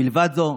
מלבד זה,